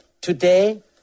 Today